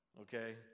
okay